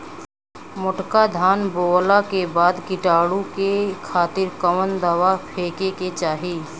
मोटका धान बोवला के बाद कीटाणु के खातिर कवन दावा फेके के चाही?